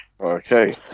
Okay